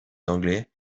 anglais